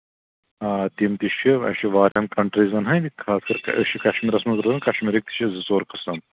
آ تِم تہِ چھِ اَسہِ چھِ واریاہن کَنٹرٛیٖزَن ہٕندۍ خاص کر أسۍ چھِ کَشمیٖرَس منٛز روزان کَشمیٖرِکۍ چھِ زٕ ژور قٕسٕم